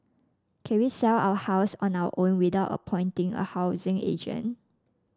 can we sell our house on our own without appointing a housing agent